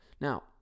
Now